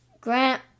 Grant